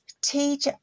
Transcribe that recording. teach